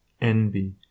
envy